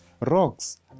rocks